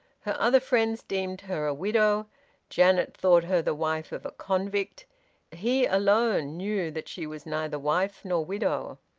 her other friends deemed her a widow janet thought her the wife of a convict he alone knew that she was neither wife nor widow.